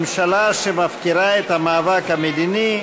ממשלה שמפקירה את המאבק המדיני,